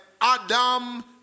Adam